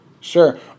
Sure